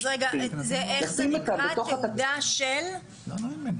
אז זה נקרא תעודה של מה?